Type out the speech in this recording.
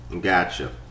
Gotcha